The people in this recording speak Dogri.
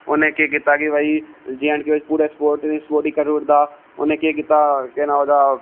उनें केह् कीता कि भाई जे एंड के बिच पूरा स्पोट गी करी ओड़े दा उ'नें केह् कीता केह् नां ओहदा